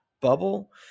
bubble